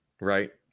right